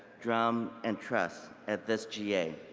druumm, and trust at this ga.